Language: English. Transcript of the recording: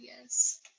yes